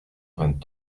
vingt